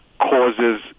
Causes